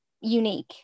unique